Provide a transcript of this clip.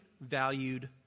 valued